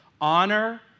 Honor